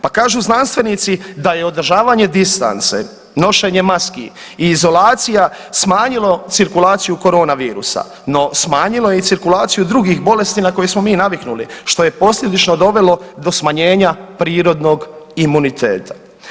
Pa kažu znanstvenici da je održavanje distance, nošenje maski i izolacija smanjilo cirkulaciju korona virusa, no smanjilo je i cirkulaciju drugih bolesti na koje smo mi naviknuli što je posljedično dovelo do smanjenja prirodnog imuniteta.